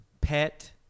pet